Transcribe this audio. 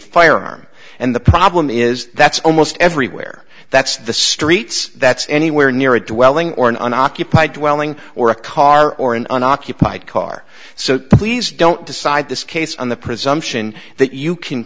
firearm and the problem is that's almost everywhere that's the streets that's anywhere near a dwelling or an occupied dwelling or a car or an unoccupied car so please don't decide this case on the presumption that you can